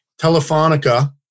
Telefonica